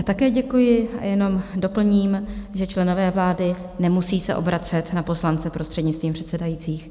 Také děkuji a jenom doplním, že členové vlády nemusí se obracet na poslance prostřednictvím předsedajících.